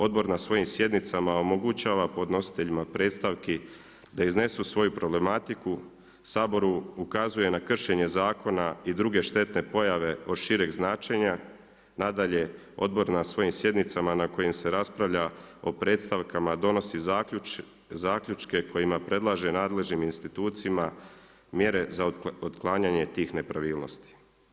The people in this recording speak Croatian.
Odbor na svojim sjednicama omogućava podnositeljima predstavki, da iznesu svoju problematiku, Saboru ukazuje na kršenje zakona i druge štetne pojave od šireg značenja, nadalje, odbor na svojim sjednicama na kojim se raspravlja o predstavkama donosi zaključke kojima predlaže nadležnim institucijama mjere za otklanjanje tih nepravilnosti.